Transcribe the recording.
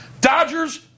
Dodgers